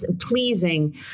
pleasing